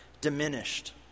diminished